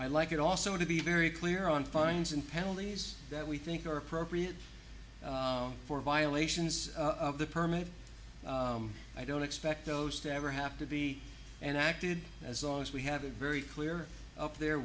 i like it also to be very clear on fines and penalties that we think are appropriate for violations of the permit i don't expect those to ever have to be and acted as long as we have a very clear up there